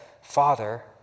Father